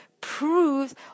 proves